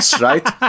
right